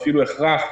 ואפילו הכרח,